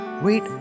Wait